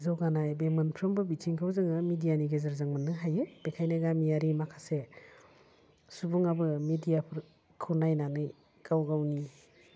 जौगानाय बे मोनफ्रोमबो बिथिंखौ जोङो मिडियानि गेजेरजों मोन्नो हायो बेखायनो गामियारि माखासे सुबुङाबो मिडियाफोरखौ नायनानै गाव गावनि